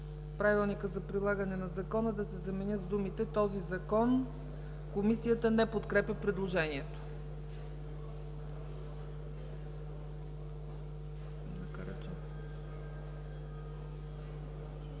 „правилник/а за прилагане на Закона” да се замени с думите „този закон”, Комисията не подкрепя предложението.